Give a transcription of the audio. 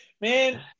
Man